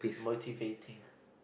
motivating